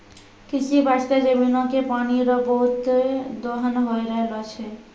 कृषि बास्ते जमीनो के पानी रो बहुते दोहन होय रहलो छै